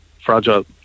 fragile